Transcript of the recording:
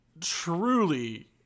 truly